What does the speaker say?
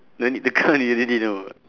don't need to count you already know